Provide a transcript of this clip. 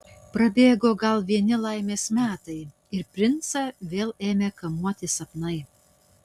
prabėgo gal vieni laimės metai ir princą vėl ėmė kamuoti sapnai